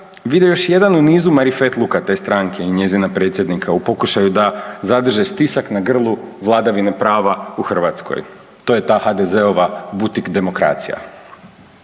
vide još jedan u nizu marifetluka te stranke i njezina predsjednika u pokušaju da zadrže stisak na grlu vladavine prava u Hrvatskoj. To je ta HDZ-ova butik demokracije.